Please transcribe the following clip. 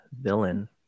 villain